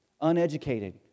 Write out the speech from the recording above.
uneducated